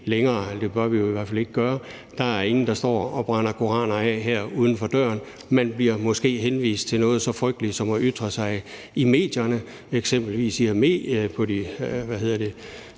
længere – det bør vi i hvert fald ikke gøre. Der er ingen, der står og brænder koraner af her uden for døren. Man bliver måske henvist til noget så frygteligt som at ytre sig i medierne, eksempelvis på Facebook eller